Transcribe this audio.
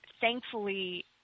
thankfully